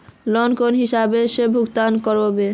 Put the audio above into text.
Loan कौन हिसाब से भुगतान करबे?